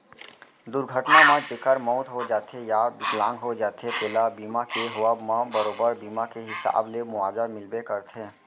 दुरघटना म जेकर मउत हो जाथे या बिकलांग हो जाथें तेला बीमा के होवब म बरोबर बीमा के हिसाब ले मुवाजा मिलबे करथे